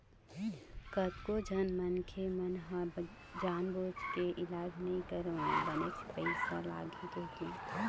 कतको झन मनखे मन ह जानबूझ के इलाज नइ करवाय बनेच पइसा लगही कहिके